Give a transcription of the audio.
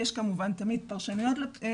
יש כמובן תמיד פרשנויות למושג.